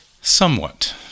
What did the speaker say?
Somewhat